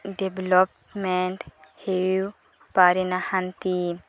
development ହୋଇପାରି ନାହିଁ